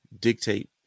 dictate